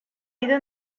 ido